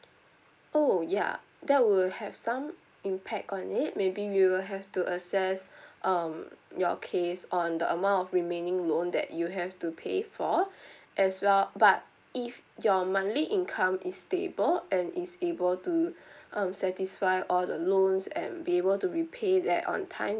oh ya that will have some impact on it maybe we will have to assess um your case on the amount of remaining loan that you have to pay for as well but if your monthly income is stable and is able to um satisfy all the loans and be able to repay that on time